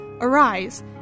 Arise